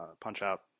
Punch-Out